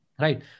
Right